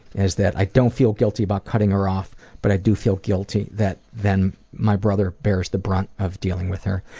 is that i don't feel guilty about cutting her off but i do feel guilty that then my brother bears the brunt of dealing with her.